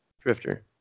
Drifter